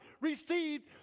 received